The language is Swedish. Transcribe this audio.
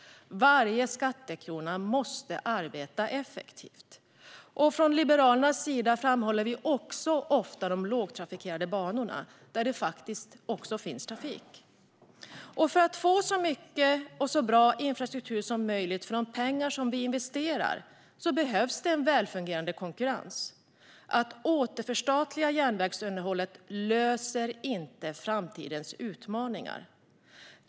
Varje skattekrona måste arbeta effektivt. Liberalerna framhåller också ofta de lågtrafikerade banorna, där det faktiskt också finns trafik. För att vi ska få så mycket och så bra infrastruktur som möjligt för de pengar som vi investerar behövs välfungerande konkurrens. Att återförstatliga järnvägsunderhållet löser inte framtidens utmaningar.